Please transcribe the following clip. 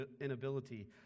inability